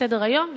מסדר-היום,